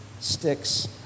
sticks